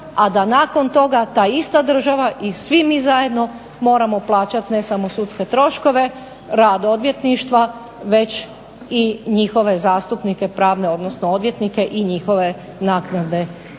a da nakon toga ta ista država i svi mi zajedno moramo plaćati ne samo sudske troškove, rad odvjetništva, već i njihove zastupnike pravne, odnosno odvjetnike i njihove naknade